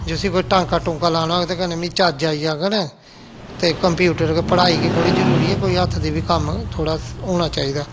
जिसी कोई टांका टूंका लाना होग ते कन्नै मी चज्ज आई जाङन ते कम्पयूटर गै पढ़ाई गै थोह्ड़ी जरूरी ऐ कोई हत्थ दी बी कम्म थोह्ड़ा होना चाहिदा ऐ